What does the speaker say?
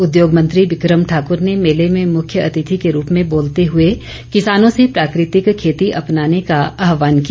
उद्योग मंत्री बिक्रम ठाकुर ने मेले में मुख्यातिथि के रूप में बोलते हए किसानों से प्राकृतिक खेती अपनाने का आहवान किया